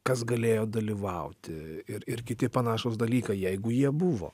kas galėjo dalyvauti ir ir kiti panašūs dalykai jeigu jie buvo